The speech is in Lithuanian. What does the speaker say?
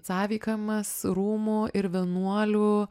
sąveikavimas rūmų ir vienuolių